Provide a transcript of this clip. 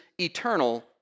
eternal